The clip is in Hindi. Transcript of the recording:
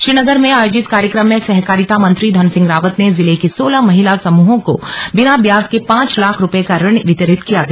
श्रीनगर में आयोजित कार्यक्रम में सहकारिता मंत्री धन सिंह रावत ने जिले की सोलह महिला समूहों को बिना ब्याज के पांच लाख रुपये का ऋण वितरित किया गया